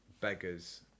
Beggars